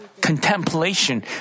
contemplation